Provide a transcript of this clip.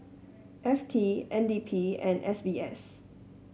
F T N D P and S B S